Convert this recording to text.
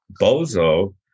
Bozo